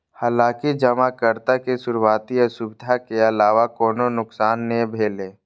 हालांकि जमाकर्ता के शुरुआती असुविधा के अलावा कोनो नुकसान नै भेलै